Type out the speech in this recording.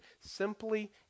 simply